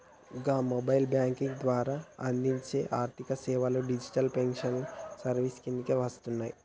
గా mobile banking ద్వారా అందించే ఆర్థికసేవలు డిజిటల్ ఫైనాన్షియల్ సర్వీసెస్ కిందకే వస్తయి